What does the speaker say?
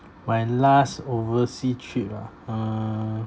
my last oversea trip ah uh